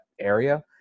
area